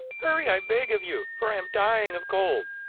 hurry, i beg of you, for i am dying of cold.